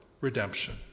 redemption